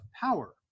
power